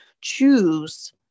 choose